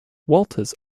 walters